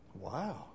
Wow